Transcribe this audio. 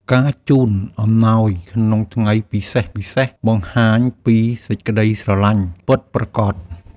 ការជូនអំណោយក្នុងថ្ងៃពិសេសៗ បង្ហាញពីសេចក្តីស្រឡាញ់ពិតប្រាកដ។